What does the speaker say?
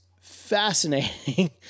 fascinating